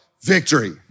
Victory